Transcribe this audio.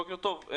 בוקר טוב,